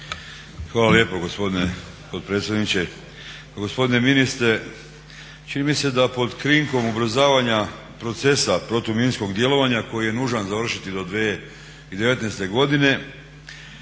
Hvala lijepo gospodine potpredsjedniče. Pa gospodine ministre čini mi se da pod krinkom ubrzavanja procesa protuminskog djelovanja koji je nužan završiti do 2019.godine